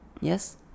Yes